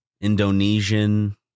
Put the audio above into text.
Indonesian